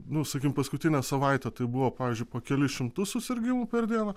nu sakykim paskutinę savaitę tai buvo pavyzdžiui po kelis šimtus susirgimų per dieną